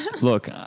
look